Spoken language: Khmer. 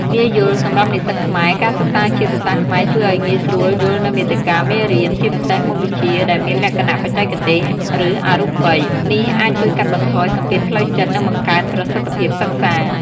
ងាយយល់ សម្រាប់និស្សិតខ្មែរ ការសិក្សាជាភាសាខ្មែរជួយឱ្យងាយស្រួលយល់នូវមាតិកាមេរៀន ជាពិសេសមុខវិជ្ជាដែលមានលក្ខណៈបច្ចេកទេស ឬអរូបី។ នេះអាចជួយកាត់បន្ថយសម្ពាធផ្លូវចិត្ត និងបង្កើនប្រសិទ្ធភាពសិក្សា។